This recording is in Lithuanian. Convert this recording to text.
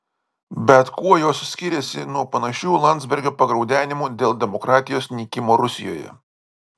bet kuo jos skiriasi nuo panašių landsbergio pagraudenimų dėl demokratijos nykimo rusijoje